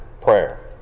prayer